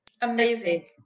Amazing